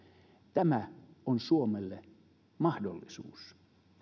tämä on suomelle mahdollisuus